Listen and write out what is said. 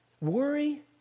Worry